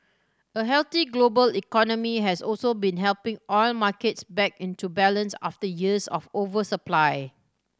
a healthy global economy has also been helping oil markets back into balance after years of oversupply